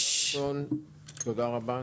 דבר ראשון, תודה רבה.